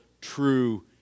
true